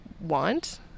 want